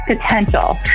potential